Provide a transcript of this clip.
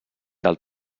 del